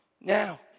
Now